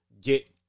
get